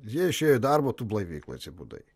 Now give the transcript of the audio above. jie išėjo į darbą tu blaivykloj atsibudai